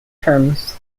terms